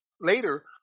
Later